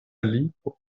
lipo